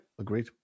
agreed